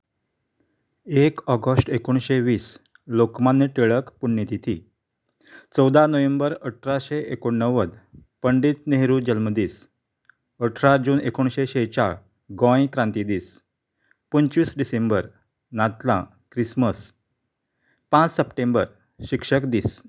एक ऑगस्ट एकोणशें वीस लोकमान्य टिळक पुण्यतिथी चवदा नोव्हेंबर अठराशें एकोणव्वद पंडीत नेहरू जल्मदीस अठरा जून एकोणशें शेचाळ गोंय क्रांती दीस पंचवीस डिसेंबर नातलां क्रिस्मस पांच सप्टेंबर शिक्षक दीस